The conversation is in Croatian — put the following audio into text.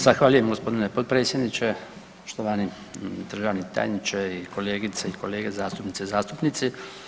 Zahvaljujem g. predsjedniče, poštovani državni tajniče i kolegice i kolege zastupnice i zastupnici.